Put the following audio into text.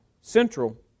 central